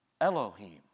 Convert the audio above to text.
Elohim